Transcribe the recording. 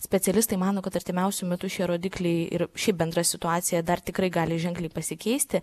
specialistai mano kad artimiausiu metu šie rodikliai ir ši bendra situacija dar tikrai gali ženkliai pasikeisti